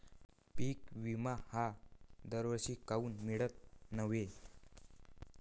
पिका विमा हा दरवर्षी काऊन मिळत न्हाई?